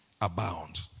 abound